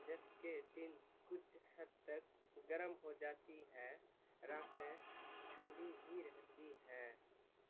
جبکہ دن کچھ حد تک گرم ہو جاتی ہیں راتیں ٹھنڈی ہی رہتی ہیں